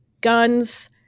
guns